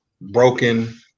broken